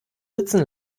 sitzen